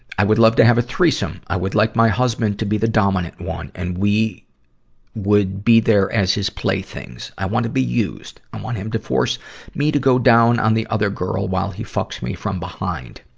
i would love to have a threesome. i would like my husband to be the dominant one, and we would be there as his playthings. i want to be used. i want him to force me to go down on the other girl, while he fucks me from behind.